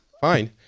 fine